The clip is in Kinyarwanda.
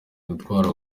gutwara